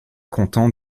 contents